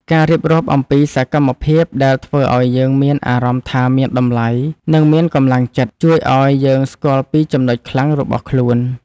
ការរៀបរាប់អំពីសកម្មភាពដែលធ្វើឱ្យយើងមានអារម្មណ៍ថាមានតម្លៃ និងមានកម្លាំងចិត្ត ជួយឱ្យយើងស្គាល់ពីចំណុចខ្លាំងរបស់ខ្លួន។